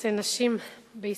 בנושא "נשים בישראל".